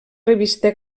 revista